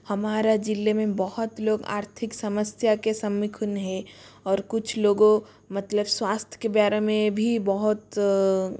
हमारा जिले में बहुत लोग आर्थिक समस्या के है और कुछ लोगों मतलब स्वास्थ्य के बारे में भी बहुत